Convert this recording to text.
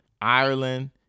Ireland